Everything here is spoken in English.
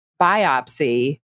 biopsy